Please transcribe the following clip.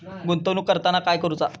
गुंतवणूक करताना काय करुचा?